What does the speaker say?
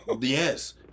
Yes